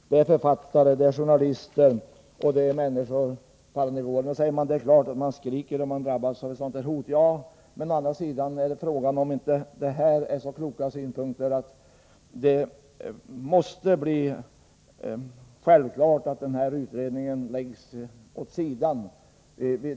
Det är författare, journalister och andra människor på alla nivåer som sagt detta. Många säger att det är klart att man skriker om man drabbas av ett sådant hot. Frågan är om inte detta är så kloka synpunkter att det måste vara självklart att denna utredning läggs åt sidan.